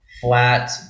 flat